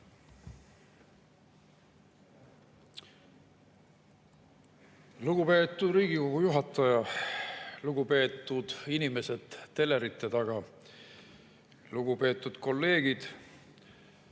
Lugupeetud Riigikogu juhataja! Lugupeetud inimesed telerite taga! Lugupeetud kolleegid!